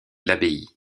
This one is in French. l’abbaye